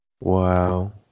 Wow